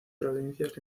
provincias